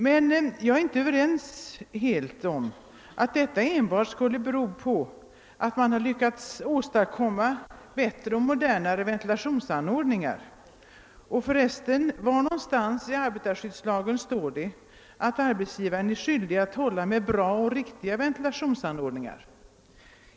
Men jag är inte helt överens om att detta enbart skulle bero på att man har lyckats åstadkomma bättre och modernare ventilationsanordningar och förresten — var någonstans i arbetarskyddslagen står det att arbetsgivarna är skyldiga att hålla med moderna och riktiga ventilationsanordningar?